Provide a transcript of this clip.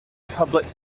public